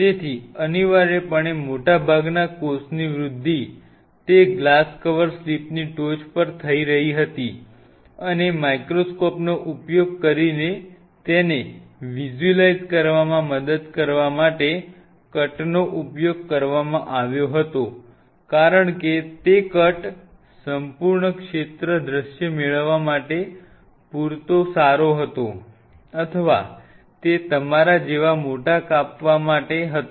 તેથી અનિવાર્યપણે મોટાભાગના કોષની વૃદ્ધિ તે ગ્લાસ કવર સ્લિપની ટોચ પર થઈ રહી હતી અને માઇક્રોસ્કોપનો ઉપયોગ કરીને તેને કલ્પના કરવામાં મદદ કરવા માટે કટનો ઉપયોગ કરવામાં આવ્યો હતો કારણ કે તે કટ સંપૂર્ણ ક્ષેત્ર દૃશ્ય મેળવવા માટે પૂરતો સારો હતો અથવા તે તમારા જેવા મોટા કાપવા માટે હતો